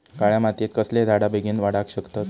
काळ्या मातयेत कसले झाडा बेगीन वाडाक शकतत?